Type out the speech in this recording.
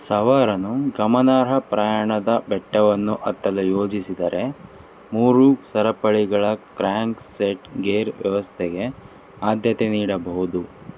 ಸವಾರನು ಗಮನಾರ್ಹ ಪ್ರಯಾಣದ ಬೆಟ್ಟವನ್ನು ಹತ್ತಲು ಯೋಜಿಸಿದರೆ ಮೂರು ಸರಪಳಿಗಳ ಕ್ರ್ಯಾಂಕ್ಸೆಟ್ ಗೇರ್ ವ್ಯವಸ್ಥೆಗೆ ಆದ್ಯತೆ ನೀಡಬಹುದು